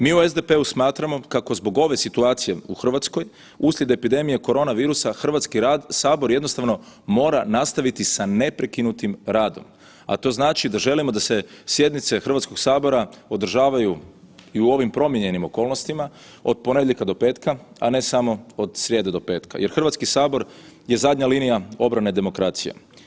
Mi u SDP-u smatramo kako zbog ove situacije u Hrvatskoj uslijed epidemije korona virusa Hrvatski sabor jednostavno mora nastaviti sa neprekinutim radom, a to znači da želimo da se sjednice Hrvatskog sabora održavaju i u ovim promijenjenim okolnostima od ponedjeljka do petka, a ne samo od srijede do petka, jer Hrvatski sabor je zadnja linija obrane demokracije.